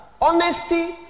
Honesty